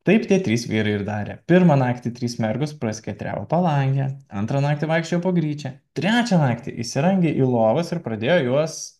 taip tie trys vyrai ir darė pirmą naktį trys mergos praskėtriavo palangę antrą naktį vaikščiojo po gryčią trečią naktį įsirangė į lovas ir pradėjo juos